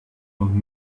old